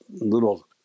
little